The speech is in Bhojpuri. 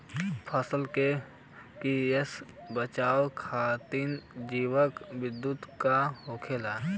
फसल के कियेसे बचाव खातिन जैविक विधि का होखेला?